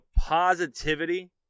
positivity